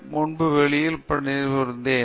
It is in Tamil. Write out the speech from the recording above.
முன்பு வெளியில் பணிபுரிந்தேன்